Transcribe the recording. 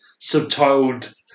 subtitled